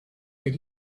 that